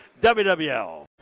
WWL